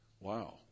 Wow